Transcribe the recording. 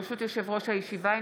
ברשות יושב-ראש הישיבה,